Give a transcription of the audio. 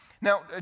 Now